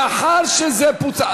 לאחר שזה פוצל,